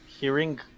Hearing